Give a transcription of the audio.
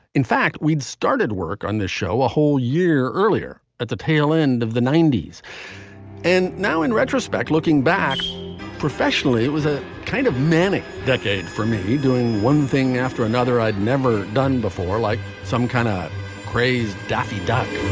in fact, we'd started work on this show a whole year earlier at the tail end of the ninety s and now in retrospect, looking back professionally, it was a kind of manic decade for me doing one thing after another i'd never done before like some kind of daffy duck.